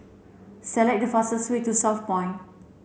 select the fastest way to Southpoint